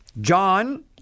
John